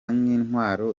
nk’intwaro